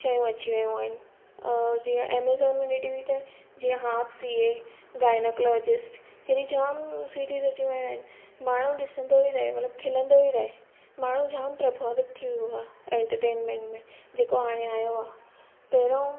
शयूं अची वियूं आहिनि जीअं एमेज़ॉन मिनी टी वी ते जीअं हाफ सी ए गायनाकोलॉजिस्ट अहिड़ी जाम सीरीज़ अची वियूं आहिनि माण्हू ॾिसंदो ई रहे मतिलबु खिलंदो ई रहे माण्हू जाम प्रभावित थी वियो आहे एंटरटेंटमेंट में जेको हाणे आयो आहे पहिरों